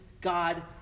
God